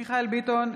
מיכאל מרדכי ביטון,